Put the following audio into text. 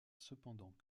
cependant